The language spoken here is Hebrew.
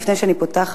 לפני שאני פותחת,